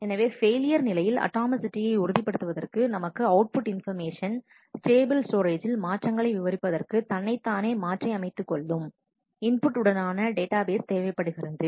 எனவே பெயிலியர் நிலையில்அட்டாமிசிட்டியை உறுதிப்படுத்துவதற்கு நமக்கு அவுட்புட் இன்பர்மேஷன் ஸ்டேபிள் ஸ்டோரேஜ்ஜில் மாற்றங்களை விவரிப்பதற்கு தன்னைத் தானே மாற்றி அமைத்துக்கொள்ளும் இன்புட் உடனான டேட்டாபேஸ் தேவைப்படுகிறது